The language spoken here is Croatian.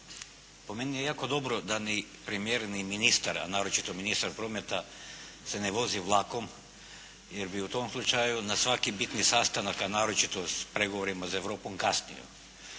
po meni je jako dobro da ni primjereni ministar a naročito ministar prometa se ne vozi vlakom jer bi u tom slučaju na svaki bitni sastanak a naročito u pregovorima sa Europom kasnio.